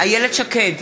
איילת שקד,